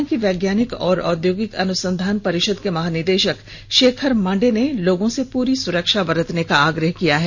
हालांकि वैज्ञानिक और औद्योगिक अनुसंधान परिषद के महानिदेशक शेखर मांडे ने लोगों से पूरी सूरक्षा बरतने का आग्रह किया है